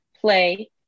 play